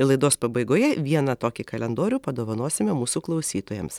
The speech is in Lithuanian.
laidos pabaigoje vieną tokį kalendorių padovanosime mūsų klausytojams